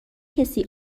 کسی